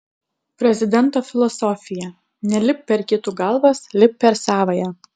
prezidento filosofija nelipk per kitų galvas lipk per savąją